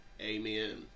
amen